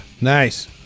nice